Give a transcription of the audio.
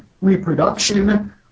reproduction